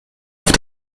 auf